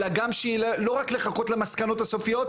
ולא רק לחכות רק למסקנות הסופיות,